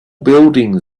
building